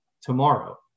tomorrow